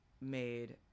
made